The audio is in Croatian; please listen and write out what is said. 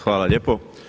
Hvala lijepo.